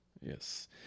yes